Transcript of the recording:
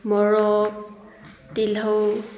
ꯃꯣꯔꯣꯛ ꯇꯤꯜꯍꯧ